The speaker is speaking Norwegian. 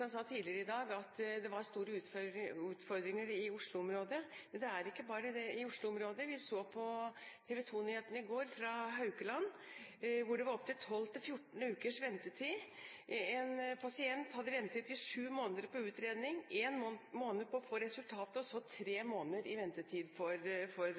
sa tidligere i dag at det var store utfordringer i Oslo-området, men det gjelder ikke bare i Oslo-området. Vi så på TV 2-nyhetene i går fra Haukeland, hvor det var opptil 12–14 ukers ventetid. En pasient hadde ventet i sju måneder på utredning – en måned på å få resultatet, og så tre måneder i ventetid for